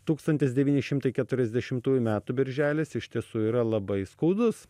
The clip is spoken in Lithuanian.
tūkstantis devyni šimtai keturiasdešimtųjų metų birželis iš tiesų yra labai skaudus